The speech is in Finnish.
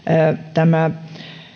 tämä